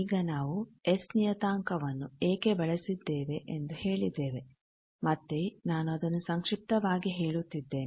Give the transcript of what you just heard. ಈಗ ನಾವು ಎಸ್ ನಿಯತಾಂಕವನ್ನು ಏಕೆ ಬಳಸಿದ್ದೇವೆ ಎಂದು ಹೇಳಿದ್ದೇವೆ ಮತ್ತೇ ನಾನು ಅದನ್ನು ಸಂಕ್ಷಿಪ್ತವಾಗಿ ಹೇಳುತ್ತಿದ್ದೇನೆ